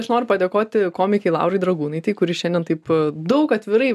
aš noriu padėkoti komikei laurai dragūnaitei kuri šiandien taip daug atvirai